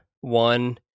one